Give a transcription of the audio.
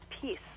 peace